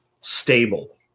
stable